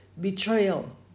Betrayal